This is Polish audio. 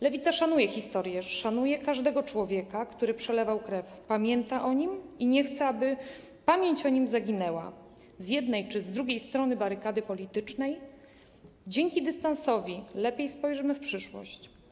Lewica szanuje historię, szanuje każdego człowieka, który przelewał krew, pamięta o nim i nie chce, aby pamięć o nim zaginęła, z jednej czy z drugiej strony barykady politycznej, dzięki dystansowi lepiej spojrzymy w przyszłość.